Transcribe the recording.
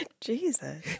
Jesus